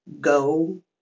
go